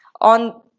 on